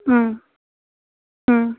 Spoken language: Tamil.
ம் ம்